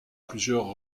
plusieurs